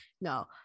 no